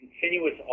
continuous